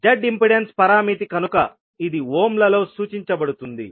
z impedance పరామితి కనుక ఇది ఓమ్ లలో సూచించబడుతుంది